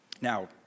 Now